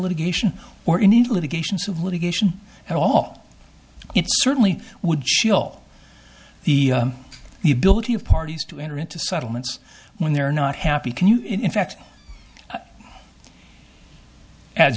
litigation or indeed litigation civil litigation and all certainly would she'll the the ability of parties to enter into settlements when they're not happy can you in fact as